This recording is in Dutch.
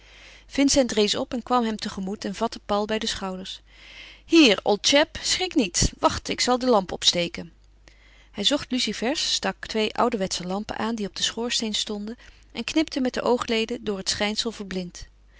vincent rees op en kwam hem te gemoet en vatte paul bij de schouders hier old chap schrik niet wacht ik zal de lamp opsteken hij zocht lucifers stak twee ouderwetsche lampen aan die op den schoorsteen stonden en knipte met de oogleden door het schijnsel verblind